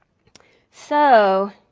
so,